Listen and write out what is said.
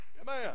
Amen